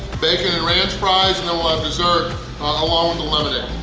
bacon, and ranch fries and then we'll have dessert along with the lemonade!